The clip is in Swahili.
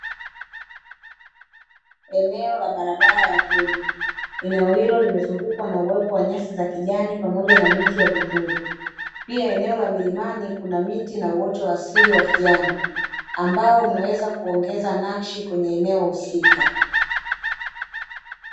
Eneo la barabara ya vumbi, eneo hilo limezungukwa na uwepo wa nyasi za kijani pamoja na miti ya vivuli. Pia eneo la milimani kuna miti na uoto wa asili wa kijani. Ambao umeweza kuongeza nakshi kwenye eneo husika.